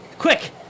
Quick